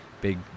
big